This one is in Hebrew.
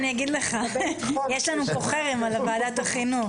אני אגיד לך, יש לנו פה חרם על ועדת החינוך.